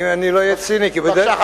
אם אני לא אהיה ציני, כי בדרך כלל, בבקשה.